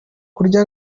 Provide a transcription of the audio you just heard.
kurya